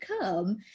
come